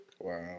wow